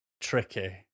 tricky